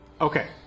Okay